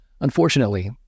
Unfortunately